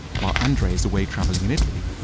while andrey is away travelling in italy,